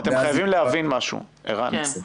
אתם חייבים להבין משהו, ערן.